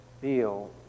feel